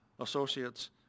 associates